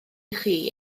chi